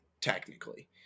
technically